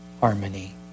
harmony